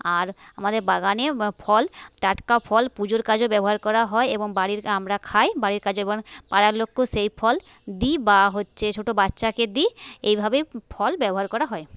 আর আমাদের বাগানে ফল টাটকা ফল পুজোর কাজে ব্যবহার করা হয় এবং বাড়ির আমরা খাই বাড়ির কাজে পাড়ার লোককেও সেই ফল দিই বা হচ্ছে ছোটো বাচ্চাকে দিই এই ভাবে ফল ব্যবহার করা হয়